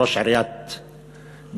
ראש עיריית בית-לחם.